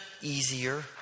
easier